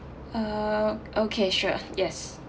uh okay sure yes